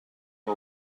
que